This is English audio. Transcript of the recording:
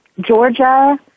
Georgia